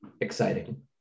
exciting